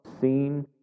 seen